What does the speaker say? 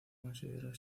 consideró